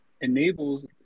enables